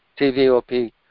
TVOP